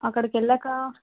అక్కడికి వెళ్ళాక